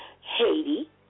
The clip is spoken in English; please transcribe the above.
Haiti